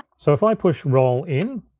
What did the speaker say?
so if i push roll in,